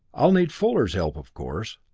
i'll need fuller's help, of course.